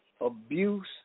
abuse